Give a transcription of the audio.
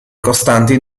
costanti